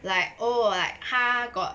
like oh like 他 got